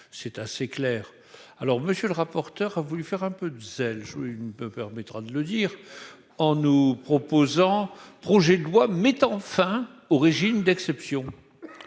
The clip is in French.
c'est assez clair, alors monsieur le rapporteur, a voulu faire un peu de zèle une peu permettra de le dire en nous proposant, projet de loi mettant fin au régime d'exception